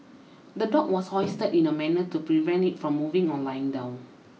the dog was hoisted in a manner to prevent it from moving or lying down